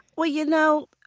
well, you know,